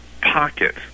pocket